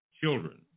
children